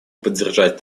поддержать